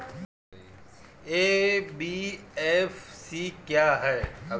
NBFC क्या है?